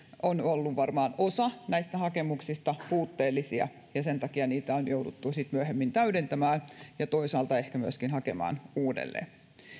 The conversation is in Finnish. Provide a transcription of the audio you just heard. on varmaan osa näistä hakemuksista ollut puutteellisia ja sen takia niitä on jouduttu sitten myöhemmin täydentämään ja toisaalta ehkä myöskin hakemaan uudelleen